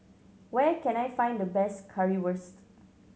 where can I find the best Currywurst